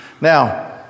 Now